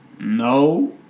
No